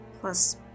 Plus